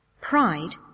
Pride